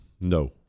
no